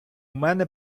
мене